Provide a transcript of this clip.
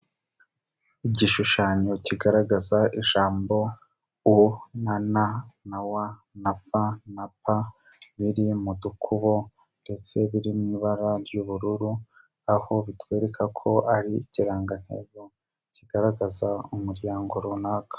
Igishushanyo kigaragaza ijambo u na na na wa na fa na pa biri mu dukubo ndetse biri mu ibara ry'ubururu, aho bitwereka ko ari ikirangantego kigaragaza umuryango runaka.